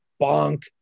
Bonk